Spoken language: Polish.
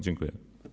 Dziękuję.